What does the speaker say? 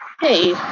Hey